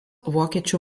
vokiečių